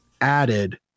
added